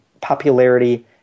popularity